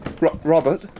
Robert